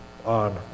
on